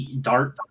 dart